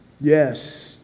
Yes